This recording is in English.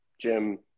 Jim